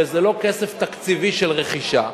וזה לא כסף תקציבי של רכישה.